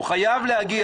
הוא חייב להגיע.